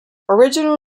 original